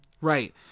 Right